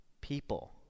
People